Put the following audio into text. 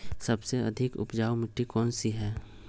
सबसे अधिक उपजाऊ मिट्टी कौन सी हैं?